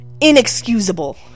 inexcusable